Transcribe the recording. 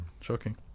Shocking